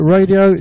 Radio